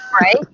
Right